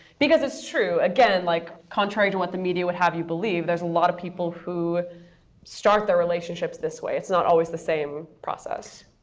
because it's true. again, like contrary to what the media would have you believe, there's a lot of people who start their relationships this way. it's not always the same process.